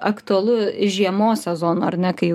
aktualu žiemos sezonu ar ne kai